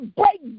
break